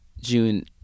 June